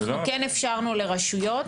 אנחנו כן אפשרנו לרשויות